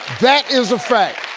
that is a fact.